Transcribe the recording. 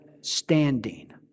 standing